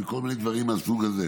עם כל מיני דברים מהסוג הזה.